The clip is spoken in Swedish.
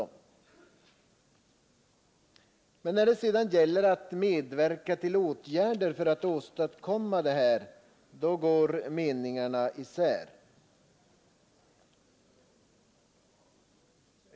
Men när det sedan gäller att medverka till åtgärder för att åstadkomma detta går meningarna isär.